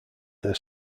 their